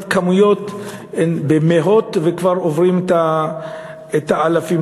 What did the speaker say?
כמויות הן במאות וכבר עוברות את האלפים,